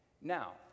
Now